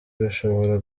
bishobora